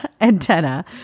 Antenna